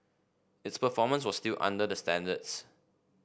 its performance was still under their standards